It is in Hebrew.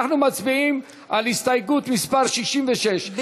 אנחנו מצביעים על הסתייגות מס' 66,